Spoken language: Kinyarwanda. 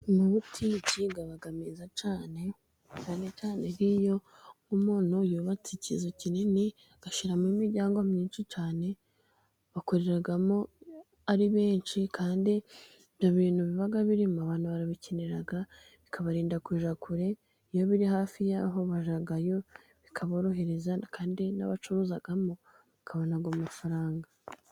Amabutike aba meza cyane, cyane cyane nk'iyo umuntu yubatse ikizu kinini agashyiramo imiryango myinshi cyane, bakoreramo ari benshi kandi ibyo bintu biba birimo abantu barabikenera, bikabarinda kujya kure, iyo biri hafi y'aho bajyayo bikaborohereza, kandi n'abacuruzamo bakabona amafaranga.